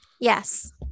Yes